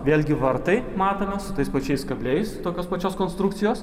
vėlgi vartai matome su tais pačiais kabliais tokios pačios konstrukcijos